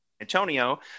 Antonio